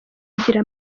igira